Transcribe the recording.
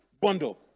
bundle